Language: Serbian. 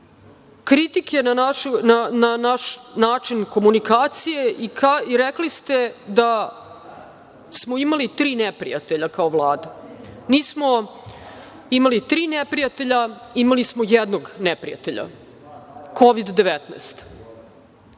Kritike na naš način komunikacije i rekli ste smo imali tri neprijatelja kao Vlada. Nismo imali tri neprijatelja, imali smo jednog neprijatelja COVID-19